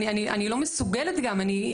אני לא מסוגלת גם לחשוב,